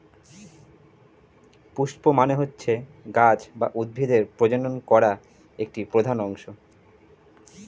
পুস্প মানে হচ্ছে গাছ বা উদ্ভিদের প্রজনন করা একটি প্রধান অংশ